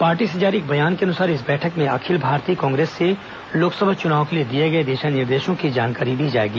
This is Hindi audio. पार्टी से जारी एक बयान के अनुसार इस बैठक में अखिल भारतीय कांग्रेस से लोकसभा चुनाव के लिए दिए गए दिशा निर्देशों की जानकारी दी जायेगी